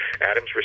Adams